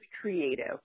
creative